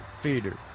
feeder